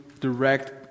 direct